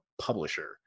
publisher